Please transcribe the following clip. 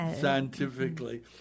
scientifically